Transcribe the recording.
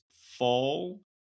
fall